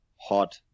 hot